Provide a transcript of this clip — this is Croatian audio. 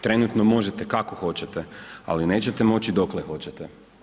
Trenutno možete kako hoćete, ali nećete moći dokle hoćete.